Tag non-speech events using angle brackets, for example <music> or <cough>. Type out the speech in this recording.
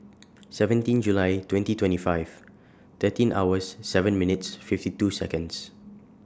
<noise> seventeen July twenty twenty five thirteen hours seven minutes fifty two Seconds